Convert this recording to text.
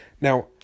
Now